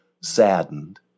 saddened